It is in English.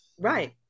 Right